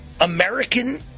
American